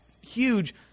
huge